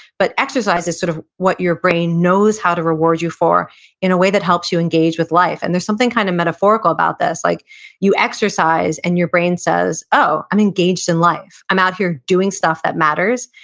but exercise is sort of what your brain knows how to reward you for in a way that helps you engage with life and there's something kind of metaphorical about this, like you exercise and your brain says, oh, i'm engaged in life. i'm out here doing stuff that matters.